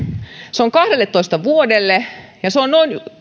se on kahdelletoista vuodelle ja se on